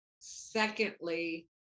Secondly